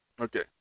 Okay